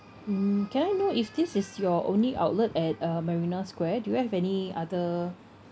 mm can I know if this is your only outlet at uh marina square do you have any other